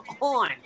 on